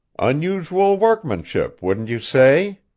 unusual workmanship, wouldn't you say?